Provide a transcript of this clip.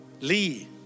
Lee